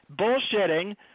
bullshitting